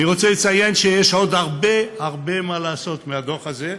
אני רוצה לציין שיש עוד הרבה הרבה מה לעשות מהדוח הזה.